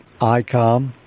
ICOM